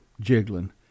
jiggling